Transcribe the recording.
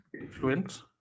influence